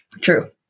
True